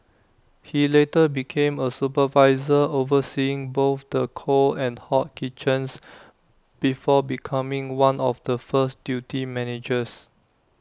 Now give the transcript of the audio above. he later became A supervisor overseeing both the cold and hot kitchens before becoming one of the first duty managers